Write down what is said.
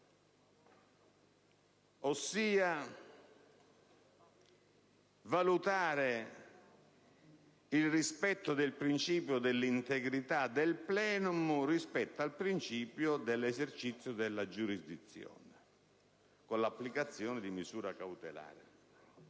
di valutare il rispetto del principio dell'integrità del *plenum* nei confronti del principio dell'esercizio della giurisdizione con l'applicazione di misura cautelare),